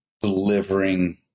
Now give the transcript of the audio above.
delivering